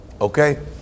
okay